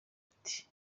ati